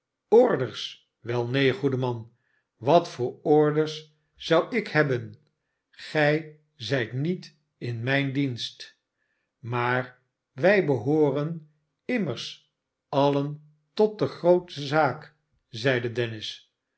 orders wel neen goede man wat voor orders zou ik heb ben gij zijt niet in mijn dienst maar wij behooren immers alien tot de groote zaak zeide dennis